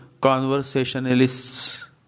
conversationalists